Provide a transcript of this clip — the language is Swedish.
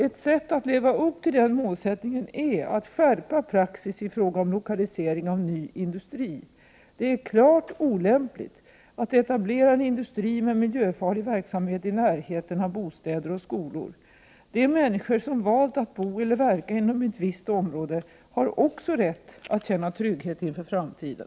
Ett sätt att leva upp till den målsättningen är att skärpa praxis i fråga om lokalisering av ny industri. Det är klart olämpligt att etablera en industri med miljöfarlig verksamhet i närheten av bostäder och skolor. De människor som valt att bo eller verka inom ett visst område har också rätt att känna trygghet inför framtiden.